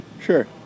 sure